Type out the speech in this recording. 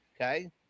Okay